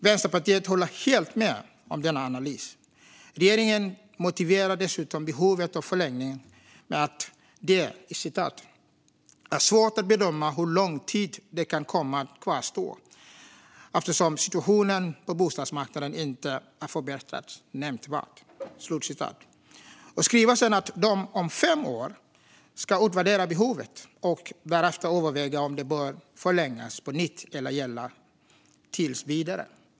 Vänsterpartiet håller helt med om denna analys. Regeringen motiverar dessutom förlängningen med att det är svårt att bedöma hur lång tid behovet kan komma att kvarstå eftersom situationen på bostadsmarknaden inte har förbättrats nämnvärt. Regeringen skriver sedan att man om fem år ska utvärdera behovet och därefter överväga om åtgärden bör förlängas på nytt eller gälla tills vidare.